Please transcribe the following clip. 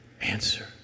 answer